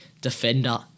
defender